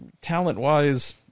talent-wise